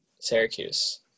Syracuse